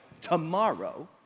tomorrow